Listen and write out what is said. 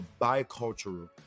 bicultural